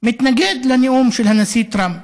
מתנגד לנאום של הנשיא טראמפ,